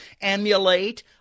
emulate